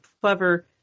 clever